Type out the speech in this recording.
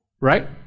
Right